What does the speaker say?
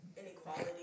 inequality